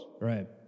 Right